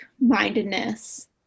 mindedness